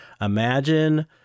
imagine